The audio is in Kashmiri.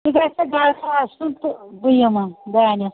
ژٕ گژھٮ۪کھ گرِ آسُن تہٕ بہٕ یِمہٕ دانٮ۪س